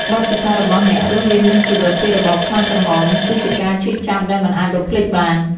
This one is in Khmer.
បទពិសោធន៍របស់អ្នករស់រានមានជីវិតពីរបបខ្មែរក្រហម គឺជាការឈឺចាប់ដែលមិនអាចបំភ្លេចបាន។